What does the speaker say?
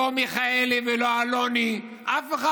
לא מיכאלי ולא אלוני, אף אחד.